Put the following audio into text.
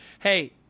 hey